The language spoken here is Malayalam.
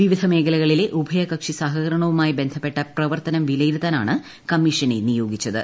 വിവിധ മേഖലകളിലെ ഉഭയകക്ഷി സഹകരണവുമായി ബന്ധപ്പെട്ട പ്രവർത്തനം വിലയിരുത്താനാണ് കമ്മീഷനെ നിയോഗിച്ചത്